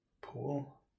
pool